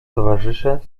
towarzysze